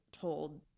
told